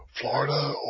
Florida